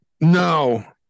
No